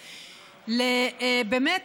באמת,